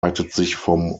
ortsnamen